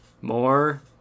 more